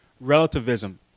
Relativism